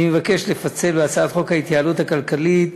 אני מבקש לפצל בהצעת חוק ההתייעלות הכלכלית,